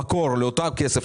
המקור לאותו הכסף,